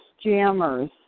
jammers